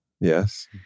Yes